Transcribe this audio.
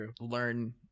learn